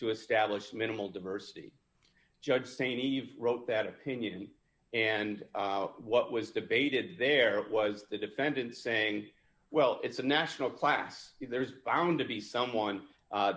to establish minimal diversity judge same eve wrote that opinion and what was debated there was the defendant saying well it's a national class there's bound to be someone